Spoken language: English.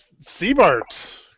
Seabart